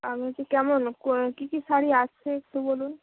আমি হচ্ছে কেমন কো কী কী শাড়ি আছে একটু বলুন